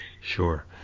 Sure